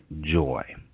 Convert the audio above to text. joy